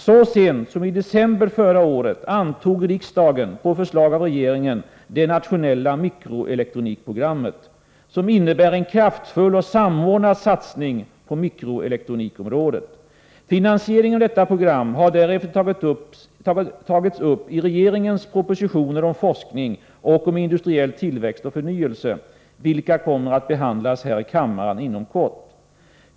Så sent som i december förra året antog riksdagen på förslag av regeringen det nationella mikroelektronikprogrammet, som innebär en kraftfull och samordnad satsning på mikroelektronikområdet. Finansieringen av detta program har därefter tagits upp i regeringens propositioner om forskning och om industriell tillväxt och förnyelse, vilka kommer att behandlas här i kammaren inom kort.